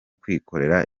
kwikorera